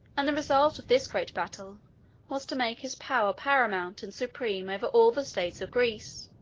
and the result of this great battle was to make his power paramount and supreme over all the states of greece.